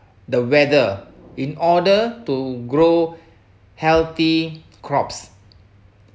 the weather in order to grow healthy crops